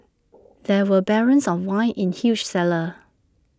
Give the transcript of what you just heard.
there were barrels of wine in huge cellar